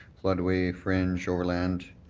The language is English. floodway, fringe, overland,